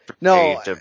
No